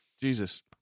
Jesus